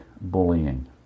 bullying